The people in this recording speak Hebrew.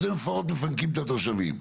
אז הם לפחות מפנקים את התושבים.